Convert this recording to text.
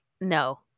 No